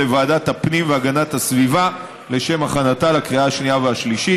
לוועדת הפנים והגנת הסביבה לשם הכנתה לקריאה השנייה ולקריאה השלישית.